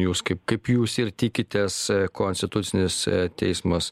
jūs kaip kaip jūs ir tikitės konstitucinis teismas